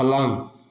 पलंग